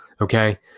Okay